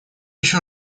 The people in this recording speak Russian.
еще